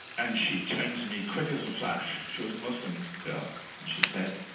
and she turned to me quick as a flash, she was muslim girl, and she said,